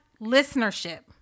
listenership